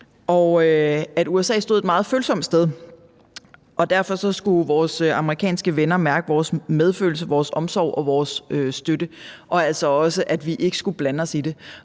og at USA stod et meget følsomt sted, og derfor skulle vores amerikanske venner mærke vores medfølelse, vores omsorg og vores støtte, og altså også, at vi ikke skulle blande os i det.